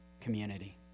Community